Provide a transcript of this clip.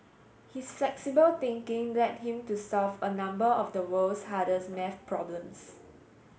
his flexible thinking led him to solve a number of the world's hardest maths problems